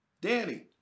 Danny